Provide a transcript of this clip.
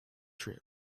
trip